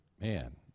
man